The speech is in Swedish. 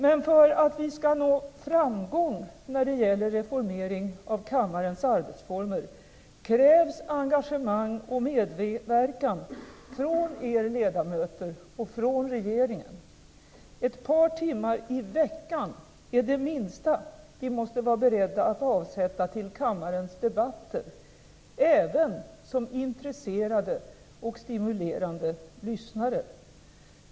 Men för att vi skall nå framgång när det gäller reformeringen av kammarens arbetsformer krävs engagemang och medverkan från er ledamöter och från regeringen. Ett par timmar i veckan är det minsta vi måste vara beredda att avsätta till kammarens debatter, även som intresserade och stimulerande lyssnare.